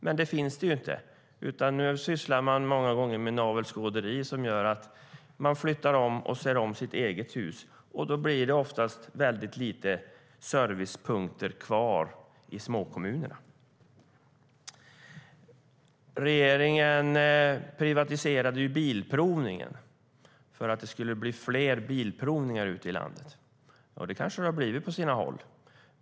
Men det finns det inte, utan nu sysslar man många gånger med navelskåderi som gör att man flyttar om och ser om sitt eget hus. Då blir det oftast väldigt få servicepunkter kvar i småkommunerna. Den förra regeringen privatiserade bilprovningen för att det skulle bli fler bilprovningar ute i landet. Det kanske det har blivit på sina håll.